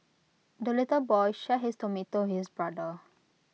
the little boy share his tomato his brother